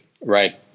right